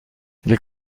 les